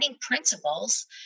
principles